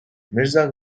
mirza